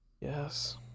Yes